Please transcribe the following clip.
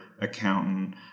accountant